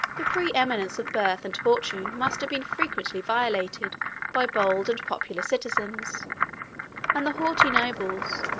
the preeminence of birth and fortune must have been frequently violated by bold and popular citizens and the haughty nobles,